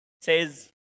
says